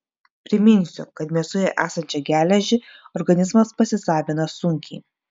priminsiu kad mėsoje esančią geležį organizmas pasisavina sunkiai